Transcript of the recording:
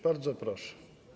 Bardzo proszę.